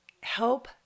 Help